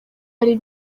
hari